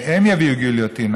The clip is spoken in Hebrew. שהם יביאו גיליוטינה